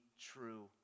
true